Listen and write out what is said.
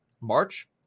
March